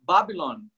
Babylon